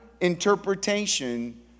interpretation